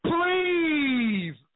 Please